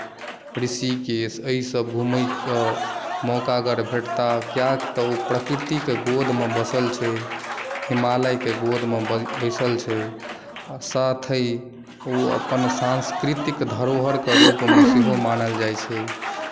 ऋषिकेश अहि सभ घुमैके मौका अगर भेटत कियाक तऽ ओ प्रकृतिके गोदमे बसल छै हिमालयके गोदमे बैसल छै आओर साथही ओ अपन सांस्कृतिक धरोहरक रुपमे सेहो मानल जाइ छै